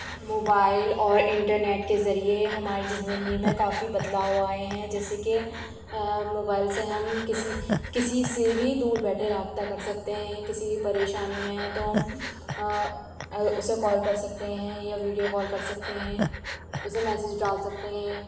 mobile اور internet کے ذریعے ہمارے زندگی میں کافی بدلاؤ آئے ہیں جیسے کہ موبائل سے ہم کسی کسی سے بھی دور بیٹھے رابطہ کر سکتے ہیں کسی پریشانی میں ہیں تو ہم اسے کال کر سکتے ہیں یا ویڈیو کال کر سکتے ہیں اسے میسج ڈال سکتے ہیں